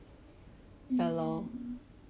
ya lor